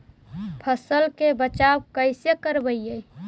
फसल के बचाब कैसे करबय?